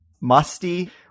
musty